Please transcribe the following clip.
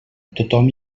tothom